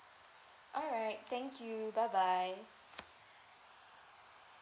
alright thank you bye bye